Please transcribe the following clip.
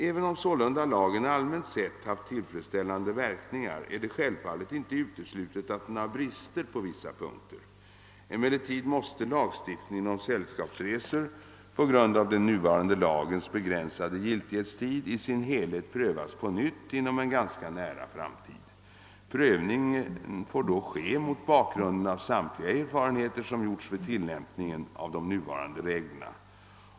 Även om sålunda lagen allmänt sett haft tillfredsställande verkningar, är det självfallet inte uteslutet att den har brister på vissa punkter. Emellertid måste lagstiftningen om sällskapsresor på grund av den nuvarande lagens begränsade giltighetstid i sin helhet prövas på nytt inom en ganska nära framtid. Prövningen får då ske mot bak grunden av samtliga erfarenheter som gjorts vid tillämpningen av de nuvarande reglerna.